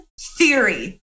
theory